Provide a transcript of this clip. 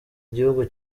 igihugu